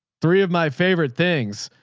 three of my favorite things.